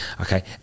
okay